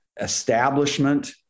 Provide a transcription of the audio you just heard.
establishment